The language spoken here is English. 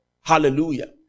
Hallelujah